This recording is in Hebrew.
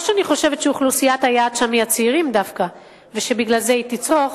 לא שאני חושבת שאוכלוסיית היעד היא דווקא הצעירים ובגלל זה היא תצרוך,